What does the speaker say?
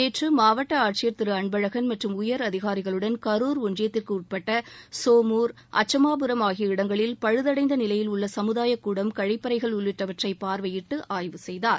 நேற்றுமாவட்டஆட்சியர் அதிகாரிகுளுடன் களர் ஒன்றியத்திற்குஉட்பட்டசோமூர் அச்சமாபுரம் ஆகிய இடங்களில் பழுதடைந்தநிலையில் உள்ளசமுதாயக் கூடம் கழிப்பறைகள் உள்ளிட்டவற்றைபார்வையிட்டுஆய்வு செய்தார்